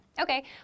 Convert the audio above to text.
Okay